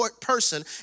person